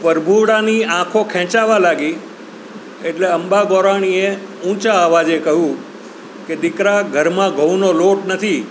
પરભુડાની આંખો ખેંચાવા લાગી એટલે અંબા ગોરાણીએ ઊંચા અવાજે કયું કે દીકરા ઘરમાં ઘઉનો લોટ નથી